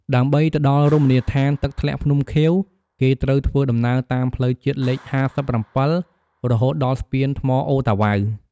ដើម្បីទៅដល់រមណីយដ្ឋាន «ទឹកធ្លាក់ភ្នំខៀវ» គេត្រូវធ្វើដំណើរតាមផ្លូវជាតិលេខ៥៧ រហូតដល់ស្ពានថ្មអូរតាវ៉ៅ។